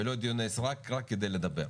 ולא רק דיוני סרק, רק כדי לדבר.